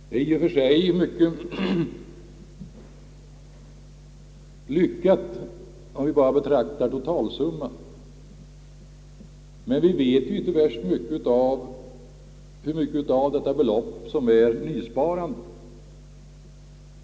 Det är i och för sig mycket lyckat, om vi bara betraktar totalsumman. Men vi vet ju inte hur mycket av detta belopp som är nysparande.